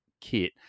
kit